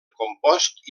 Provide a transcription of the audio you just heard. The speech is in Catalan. compost